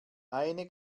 eine